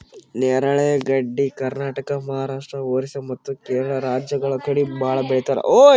ನೇರಳೆ ಗಡ್ಡಿ ಕರ್ನಾಟಕ, ಮಹಾರಾಷ್ಟ್ರ, ಓರಿಸ್ಸಾ ಮತ್ತ್ ಕೇರಳ ರಾಜ್ಯಗಳ್ ಕಡಿ ಭಾಳ್ ಬೆಳಿತಾರ್